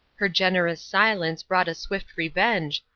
her generous silence brought a swift revenge,